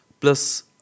plus